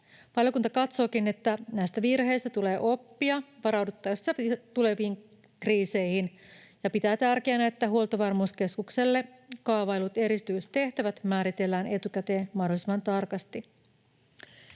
Valiokunta katsookin, että näistä virheistä tulee oppia varauduttaessa tuleviin kriiseihin ja pitää tärkeänä, että Huoltovarmuuskeskukselle kaavaillut erityistehtävät määritellään etukäteen mahdollisimman tarkasti.